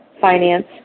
finance